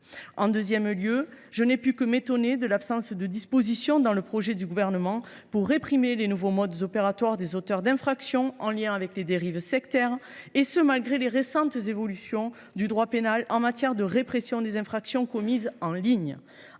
Ensuite, je n’ai pu que m’étonner de l’absence, dans le texte du Gouvernement, de dispositions réprimant les nouveaux modes opératoires des auteurs d’infractions en lien avec les dérives sectaires, et ce malgré les récentes évolutions du droit pénal en matière de répression des infractions commises en ligne.